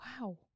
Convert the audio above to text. Wow